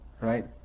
right